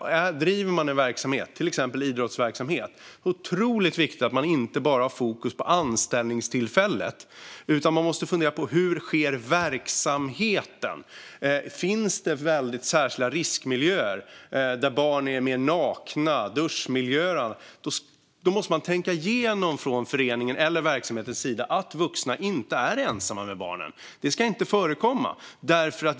Om man bedriver en verksamhet, till exempel inom idrott, är det otroligt viktigt att man inte bara har fokus på anställningstillfället, utan man måste fundera på hur verksamheten sker. Finns det särskilda riskmiljöer där barn är mer nakna, såsom duschmiljöer, måste man från föreningen eller verksamheten tänka igenom det hela så att vuxna inte är ensamma med barnen. Det ska inte förekomma.